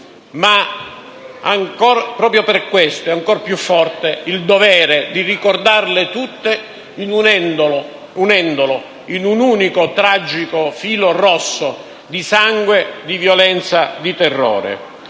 Ma proprio per questo, è ancora più forte il dovere di ricordarle tutte unendole in un unico tragico filo rosso di sangue, di violenza, di terrore.